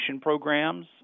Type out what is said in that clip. programs